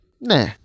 nah